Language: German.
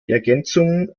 ergänzungen